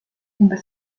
umbes